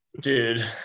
Dude